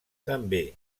també